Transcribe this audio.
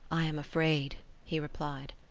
i am afraid he replied.